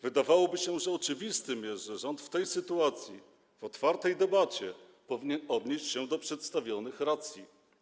Wydawałoby się, że oczywiste jest, że rząd w tej sytuacji w otwartej debacie powinien odnieść się do przedstawionych racji.